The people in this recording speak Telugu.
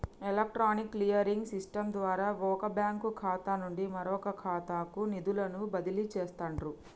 ఎలక్ట్రానిక్ క్లియరింగ్ సిస్టమ్ ద్వారా వొక బ్యాంకు ఖాతా నుండి మరొకఖాతాకు నిధులను బదిలీ చేస్తండ్రు